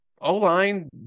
O-line